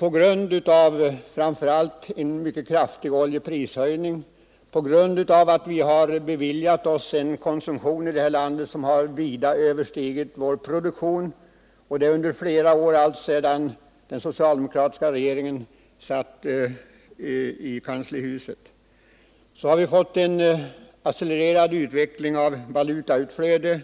Framför allt på grund av en mycket kraftig oljeprishöjning, på grund av att vi här i landet beviljat oss en konsumtion som vida överstigit vår produktion, och det under flera år — alltsedan den socialdemokratiska regeringen satt i kanslihuset — har vi fått en accelererad utveckling av valutautflöde,